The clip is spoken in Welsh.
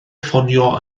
ffonio